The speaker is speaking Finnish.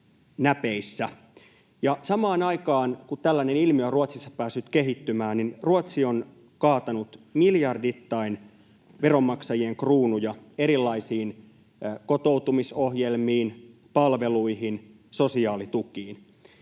samaan aikaan, kun tällainen ilmiö on Ruotsissa päässyt kehittymään, Ruotsi on kaatanut miljardeittain veronmaksajien kruunuja erilaisiin kotoutumisohjelmiin, palveluihin, sosiaalitukiin.